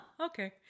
okay